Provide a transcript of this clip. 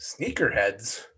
sneakerheads